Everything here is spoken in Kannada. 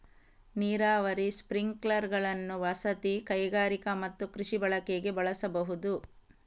ನೀರಾವರಿ ಸ್ಪ್ರಿಂಕ್ಲರುಗಳನ್ನು ವಸತಿ, ಕೈಗಾರಿಕಾ ಮತ್ತು ಕೃಷಿ ಬಳಕೆಗೆ ಬಳಸಬಹುದು